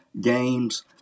games